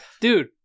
Dude